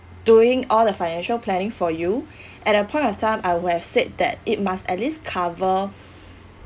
doing all the financial planning for you at a point of time I would have said that it must at least cover